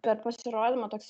per pasirodymą toks